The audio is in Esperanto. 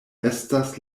estas